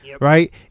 right